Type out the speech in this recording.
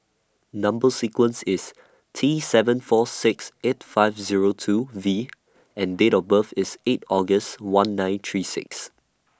Number sequence IS T seven four six eight five Zero two V and Date of birth IS eight August one nine three six